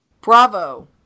bravo